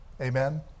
Amen